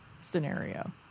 scenario